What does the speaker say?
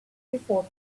before